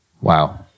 Wow